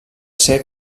ser